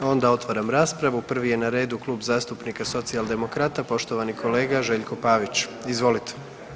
Onda otvaram raspravu, prvi je na redu Klub zastupnika socijaldemokrata, poštovani kolega Željko Pavić, izvolite.